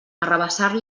arrabassar